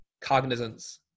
cognizance